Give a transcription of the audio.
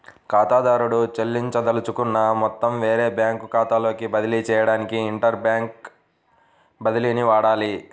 ఖాతాదారుడు చెల్లించదలుచుకున్న మొత్తం వేరే బ్యాంకు ఖాతాలోకి బదిలీ చేయడానికి ఇంటర్ బ్యాంక్ బదిలీని వాడాలి